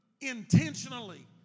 intentionally